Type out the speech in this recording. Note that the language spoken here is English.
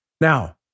Now